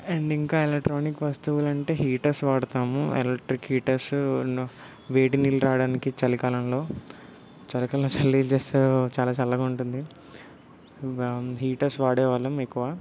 and ఇంకా electronic వస్తువులంటే heaters వాడతాము ఎలక్ట్రిక్ హీటర్స్ అండ్ వేడి నీళ్ళు తాగడానికి చలికాలంలో చలికాలంలో చలి చేస్తూ చాలా చల్లగా ఉంటుంది వా హీటర్స్ వాడేవాళ్ళం ఎక్కువ